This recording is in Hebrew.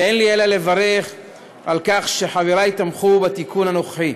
ואין לי אלא לברך על כך שחברי תמכו בתיקון הנוכחי.